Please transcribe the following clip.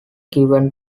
given